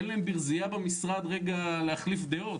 אין להם ברזיה במשרד להחליף דעות,